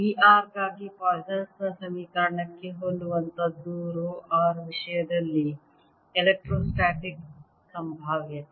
V r ಗಾಗಿ Poisson ನ ಸಮೀಕರಣಕ್ಕೆ ಹೋಲುವಂತಹದ್ದು ರೋ r ವಿಷಯದಲ್ಲಿ ಎಲೆಕ್ಟ್ರೋ ಸ್ಟ್ಯಾಟಿಕ್ ಸಂಭಾವ್ಯತೆ